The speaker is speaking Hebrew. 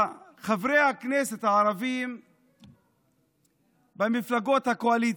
חברי הכנסת הערבים במפלגות הקואליציה: